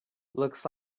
looks